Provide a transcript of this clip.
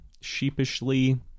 sheepishly